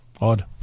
odd